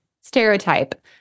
stereotype